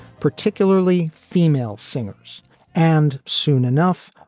particularly female singers and soon enough,